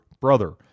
brother